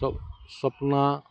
Swapna